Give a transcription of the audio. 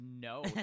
No